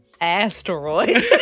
Asteroid